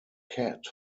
cat